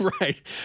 Right